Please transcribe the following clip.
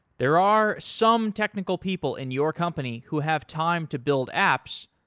there are some technical people in your company who have time to build apps,